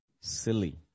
silly